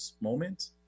moment